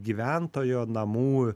gyventojo namų